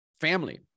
family